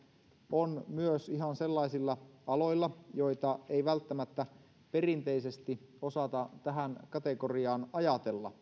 on myös ihan sellaisilla aloilla joita ei välttämättä perinteisesti osata tähän kategoriaan ajatella